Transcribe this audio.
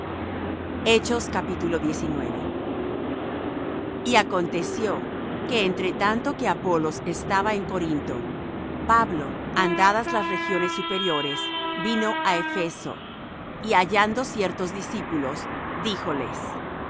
el cristo y acontecio que entre tanto que apolos estaba en corinto pablo andadas las regiones superiores vino á efeso y hallando ciertos discípulos